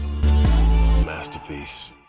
Masterpiece